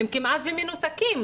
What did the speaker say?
הם כמעט מנותקים.